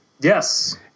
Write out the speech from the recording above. Yes